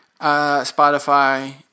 Spotify